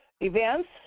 events